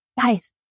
guys